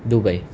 Dubai